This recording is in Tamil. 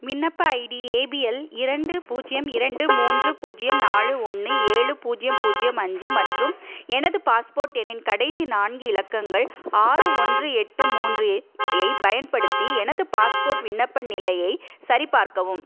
விண்ணப்ப ஐடி ஏபிஎல் இரண்டு பூஜ்ஜியம் இரண்டு மூன்று பூஜ்ஜியம் நாலு ஒன்று ஏழு பூஜ்ஜியம் பூஜ்ஜியம் அஞ்சு மற்றும் எனது பாஸ்போர்ட் எண்ணின் கடைசி நான்கு இலக்கங்கள் ஆறு ஒன்று எட்டு மூன்றைப் பயன்படுத்தி எனது பாஸ்போர்ட் விண்ணப்ப நிலையை சரிபார்க்கவும்